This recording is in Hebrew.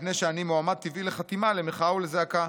מפני שאני מועמד טבעי לחתימה למחאה ולזעקה.